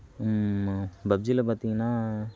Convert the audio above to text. பப்ஜில பார்த்திங்கன்னா